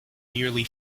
nearly